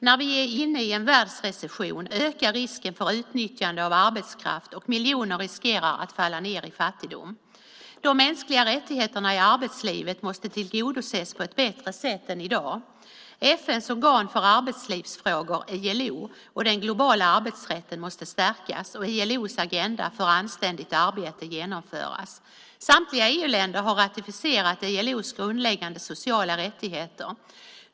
När vi är inne i en världsrecession ökar risken för utnyttjande av arbetskraft, och miljoner riskerar att falla ned i fattigdom. De mänskliga rättigheterna i arbetslivet måste tillgodoses på ett bättre sätt än i dag. FN:s organ för arbetslivsfrågor, ILO, och den globala arbetsrätten måste stärkas. ILO:s agenda för anständigt arbete måste genomföras. Samtliga EU-länder har ratificerat ILO:s grundläggande sociala rättigheter.